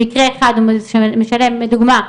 במקרה אחד משלם לדוגמא,